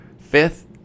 fifth